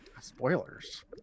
spoilers